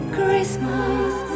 Christmas